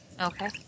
Okay